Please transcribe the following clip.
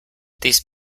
these